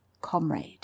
comrade